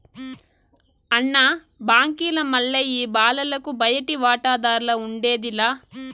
అన్న, బాంకీల మల్లె ఈ బాలలకు బయటి వాటాదార్లఉండేది లా